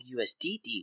usdt